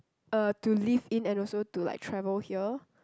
uh to live in and also to like travel here